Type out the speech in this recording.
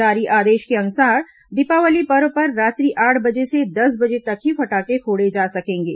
जारी आदेश के अनुसार दीपावली पर्व पर रात्रि आठ बजे से दस बजे तक ही फटाखे फोड़े जा सकेंगे